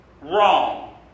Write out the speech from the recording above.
wrong